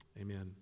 Amen